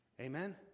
Amen